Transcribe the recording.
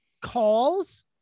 calls